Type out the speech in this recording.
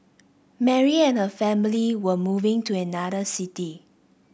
Mary and her family were moving to another city